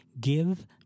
Give